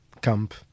camp